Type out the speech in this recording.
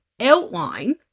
outline